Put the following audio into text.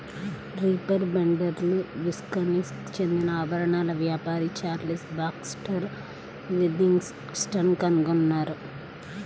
reaper బైండర్ను Wisconsin చెందిన ఆభరణాల వ్యాపారి చార్లెస్ బాక్స్టర్ విథింగ్టన్ కనుగొన్నారు